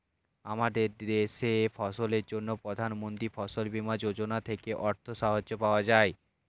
আমাদের দেশে ফসলের জন্য প্রধানমন্ত্রী ফসল বীমা যোজনা থেকে অর্থ সাহায্য পাওয়া যায়